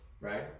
right